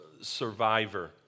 survivor